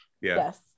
Yes